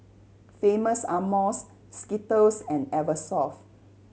Famous Amos Skittles and Eversoft